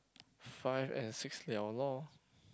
five and six [liao] lor